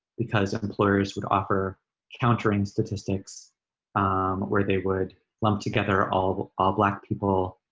because employers would offer countering statistics where they would lump together all all black people,